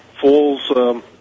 Falls